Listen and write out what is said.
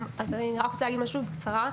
אני רק רוצה להגיד משהו בקצרה.